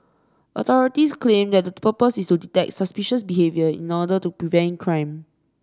authorities claim that the purpose is to detect suspicious behaviour in order to prevent crime